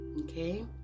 okay